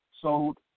sold